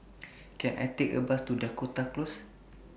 Can I Take A Bus to Dakota Close